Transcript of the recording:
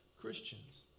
Christians